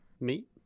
Meat